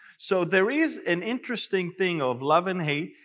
so there is an interesting thing of love and hate.